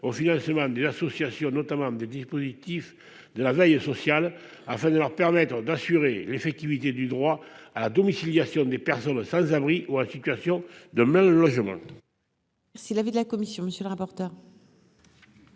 au a seulement des associations notamment des dispositifs de la veille et sociale afin de leur permettre d'assurer l'effectivité du droit à la domiciliation des personnes sans abri ou en situation de mal logement. Si l'avis de la commission, monsieur le rapporteur.